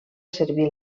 servir